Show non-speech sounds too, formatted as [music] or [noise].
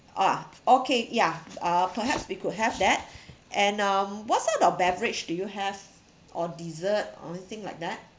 ah okay ya uh perhaps we could have that [breath] and um what sort of beverage do you have or dessert or anything like that